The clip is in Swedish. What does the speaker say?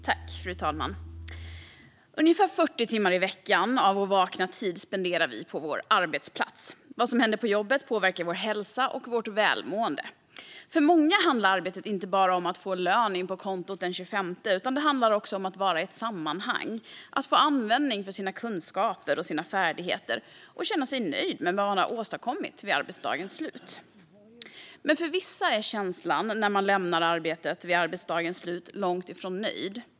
Fru talman! Ungefär 40 timmar i veckan av vår vakna tid spenderar vi på vår arbetsplats. Vad som händer på jobbet påverkar vår hälsa och vårt välmående. För många handlar arbetet inte bara om att få lön in på kontot den 25:e, utan det handlar också om att vara i ett sammanhang, få användning för sina kunskaper och färdigheter och känna sig nöjd med vad man har åstadkommit vid arbetsdagens slut. Men för vissa är känslan när man lämnar arbetet vid dagens slut att man är långt ifrån nöjd.